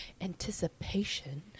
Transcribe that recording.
anticipation